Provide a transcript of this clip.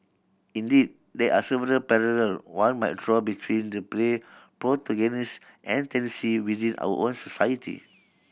indeed there are several parallel one might draw between the play protagonist and within our own society